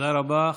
תודה רבה.